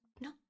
No